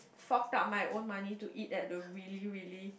fork out my own money to eat at the really really